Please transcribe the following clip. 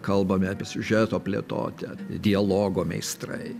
kalbame apie siužeto plėtotę dialogo meistrai